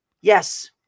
Yes